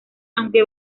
aunque